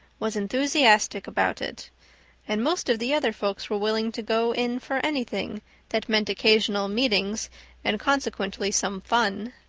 was enthusiastic about it and most of the other folks were willing to go in for anything that meant occasional meetings and consequently some fun.